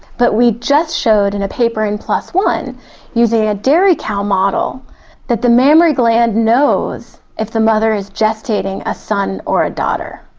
but we just showed in a paper in plos one using a a dairy cow model that the mammary gland knows if the mother is gestating a son or daughter,